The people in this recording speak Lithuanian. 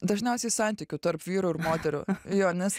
dažniausiai santykių tarp vyrų ir moterų jo nes